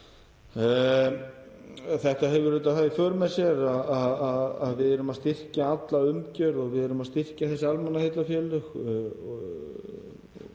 Þetta hefur það í för með sér að við erum að styrkja alla umgjörð og við erum að styrkja þessi almannaheillafélög.